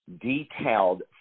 detailed